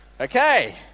okay